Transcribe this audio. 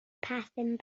passing